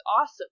awesome